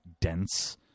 dense